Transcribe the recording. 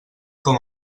com